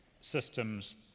systems